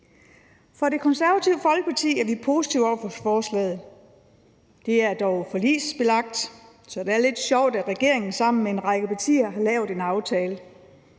I Det Konservative Folkeparti er vi positive over for forslaget. Det er dog forligsbelagt, så det er lidt sjovt, at regeringen sammen med en række partier har lavet en aftale.